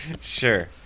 Sure